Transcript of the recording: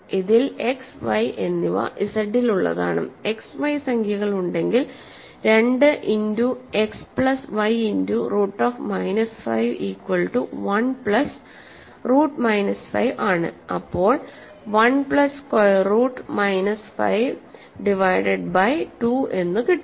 ഇതിൽ x y എന്നിവ Z ൽ ഉള്ളതാണ് x y സംഖ്യകൾ ഉണ്ടെങ്കിൽ 2ഇന്റു x plus y into root of minus 5 equal to one plus root minus 5 ആണ് അപ്പോൾ 1 plus square root minus 5 divided by 2 എന്ന് കിട്ടും